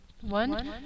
one